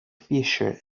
fisher